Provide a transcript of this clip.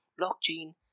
Blockchain